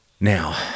Now